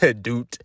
dude